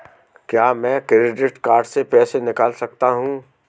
क्या मैं credit card से पैसे निकाल सकता हूँ?